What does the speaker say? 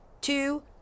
two